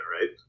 right